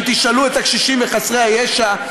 אם תשאלו את הקשישים וחסרי הישע,